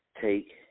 take